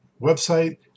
website